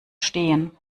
stehen